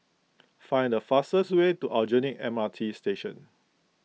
find the fastest way to Aljunied M R T Station